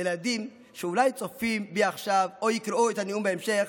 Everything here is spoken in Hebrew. ולילדים שאולי צופים בי עכשיו או יקראו את הנאום בהמשך,